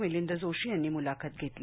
मिलिंद जोशी यांनी मुलाखत घेतली